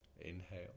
Inhale